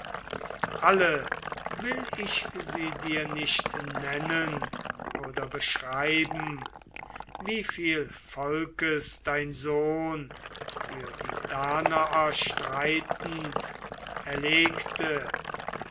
alle will ich sie dir nicht nennen oder beschreiben wieviel volkes dein sohn für die danaer streitend erlegte